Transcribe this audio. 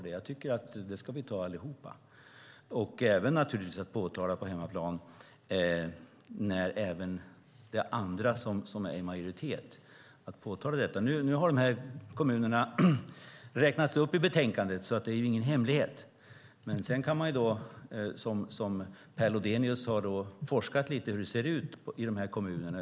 Det ansvaret ska vi alla ta på hemmaplan, även när andra är i majoritet. Nu har dessa kommuner räknats upp i betänkandet. Det är ingen hemlighet. Per Lodenius har forskat lite i hur det ser ut i kommunerna.